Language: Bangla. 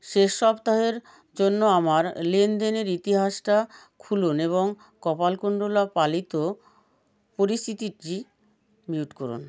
শেষ সপ্তাহের জন্য আমার লেনদেনের ইতিহাসটা খুলুন এবং কপালকুণ্ডলা পালিত পরিস্থিতিটি মিউট করুন